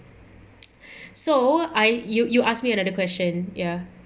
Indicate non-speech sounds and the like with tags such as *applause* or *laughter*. *noise* so I you you ask me another question ya